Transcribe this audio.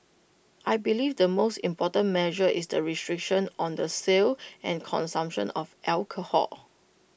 I believe the most important measure is the restriction on the sale and consumption of alcohol